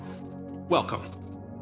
welcome